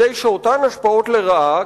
כדי שאותן השפעות לרעה,